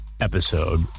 episode